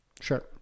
Sure